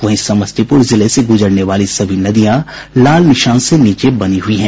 वहीं समस्तीपूर जिले से गूजरने वाली सभी नदियां लाल निशान से नीचे बनी हुई है